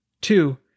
two